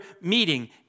meeting